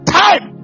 time